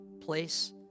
place